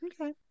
Okay